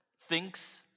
thinks